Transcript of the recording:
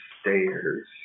stairs